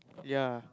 ya